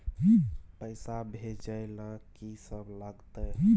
पैसा भेजै ल की सब लगतै?